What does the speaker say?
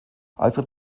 alfred